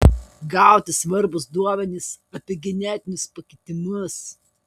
gauti svarbūs duomenys apie genetinius pakitimus